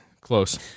Close